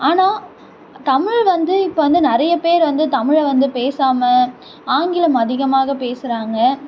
ஆனால் தமிழ் வந்து இப்போ வந்து நிறையா பேர் வந்து தமிழைவந்து பேசாமல் ஆங்கிலம் அதிகமாக பேசுகிறாங்க